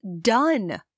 done